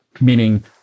Meaning